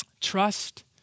trust